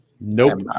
Nope